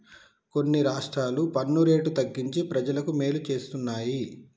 కొన్ని రాష్ట్రాలు పన్ను రేటు తగ్గించి ప్రజలకు మేలు చేస్తున్నాయి